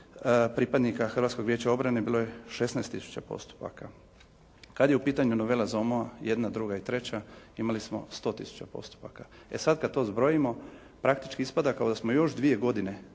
pripadnika Hrvatskog vijeća obrane bilo je 16000 postupaka. Kada je u pitanju novela …/Govornik se ne razumije./… jedna, druga i treća imali smo 100000 postupaka. E sad kad to zbrojimo praktički ispada kao da smo još dvije godine,